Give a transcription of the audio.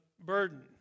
burden